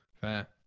Fair